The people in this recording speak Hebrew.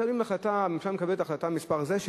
מקבלים החלטה הממשלה מקבלת החלטה מס' כך וכך,